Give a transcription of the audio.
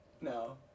No